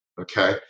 okay